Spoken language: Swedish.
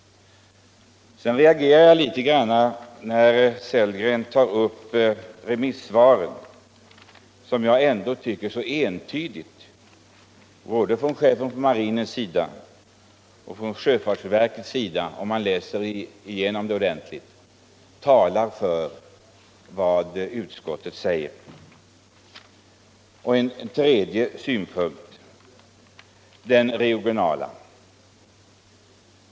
Sedan reagerar jag litet grand när herr Sellgren tar upp remissvaren från chefen för marinen och från sjöfartsverket, som jag tycker vid en ordentlig genomläsning entydigt talar för den ståndpunkt som utskottet företräder. En tredje synpunkt är den regionala.